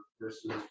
versus